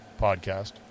podcast